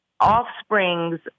offsprings